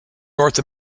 north